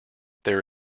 there